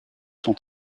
son